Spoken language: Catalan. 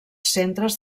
centres